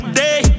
day